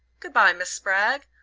good-bye, miss spragg.